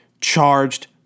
charged